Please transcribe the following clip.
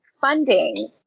funding